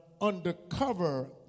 undercover